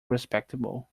respectable